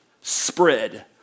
spread